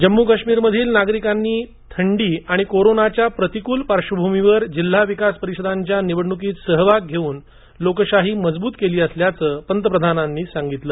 जम्मू कश्मीर मधील नागरिकांनी थंडी आणि कोरोनाच्या प्रतिकूल पार्श्वभूमीवर जिल्हा विकास परिषदांच्या निवडणुकीत सहभाग घेवून लोकशाही मजबूत केली असल्याचं पंतप्रधानांनी सांगितलं